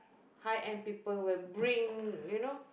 high end people will bring you know